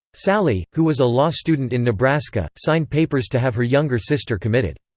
sally, who was a law student in nebraska, signed papers to have her younger sister committed.